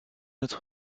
autre